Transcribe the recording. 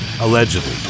Allegedly